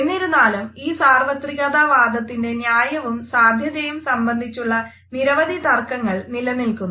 എന്നിരുന്നാലുംഈ സാർവത്രികതാ വാദത്തിൻ്റെ ന്യായവും സാധുതയും സംബന്ധിച്ചുള്ള നിരവധി തർക്കങ്ങൾ നിലനിന്നിരുന്നു